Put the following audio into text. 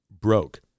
broke